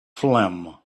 phlegm